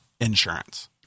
insurance